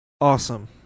Awesome